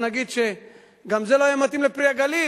גם זה לא היה מתאים ל"פרי הגליל",